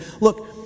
look